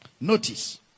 Notice